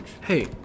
Hey